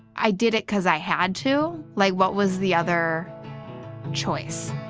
i did it cause i had to, like what was the other choice?